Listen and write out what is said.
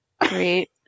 great